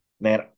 man